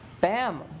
Bam